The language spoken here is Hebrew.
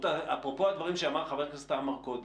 -- אפרופו הדברים שאמר חבר הכנסת עמאר קודם,